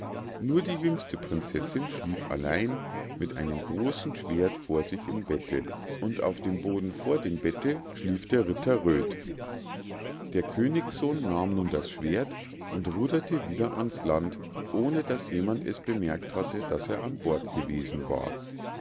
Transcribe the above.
nur die jüngste prinzessinn schlief allein mit einem bloßen schwert vor sich im bette und auf dem boden vor dem bette schlief der ritter röd der königssohn nahm nun das schwert und ruderte wieder ans land ohne daß jemand es bemerkt hatte daß er an bord gewesen war